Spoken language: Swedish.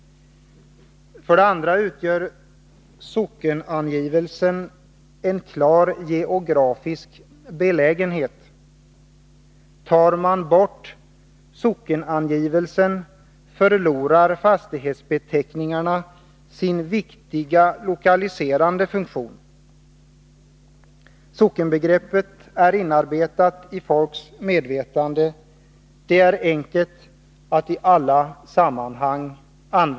Den andra invändningen gäller sockenangivelsen, som är en klar geografisk angivelse. Tar man bort sockenangivelsen, förlorar fastighetsbeteckningarna sin viktiga lokaliserande funktion. Sockenbegreppet är inarbetat i folks medvetande. Det är enkelt och går att använda i alla sammanhang.